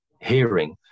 hearing